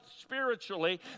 spiritually